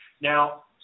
Now